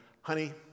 Honey